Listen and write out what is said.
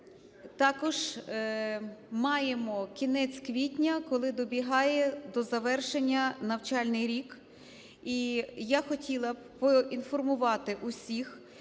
також маємо кінець квітня, коли добігає до завершення навчальний рік, і я хотіла б поінформувати всіх